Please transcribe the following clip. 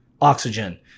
oxygen